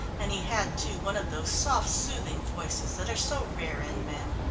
and he had, too, one of those soft soothing voices that are so rare in men.